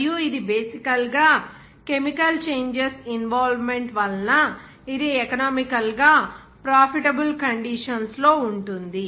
మరియు ఇది బేసికల్ గా కెమికల్ చేంజెస్ ఇన్వాల్వ్మెంట్ వలన ఇది ఎకనామికల్ గా ప్రాఫిటబుల్ కండీషన్స్ లో ఉంటుంది